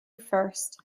first